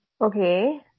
okay